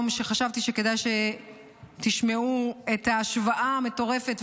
שחשבתי שכדאי שתשמעו את ההשוואה המטורפת,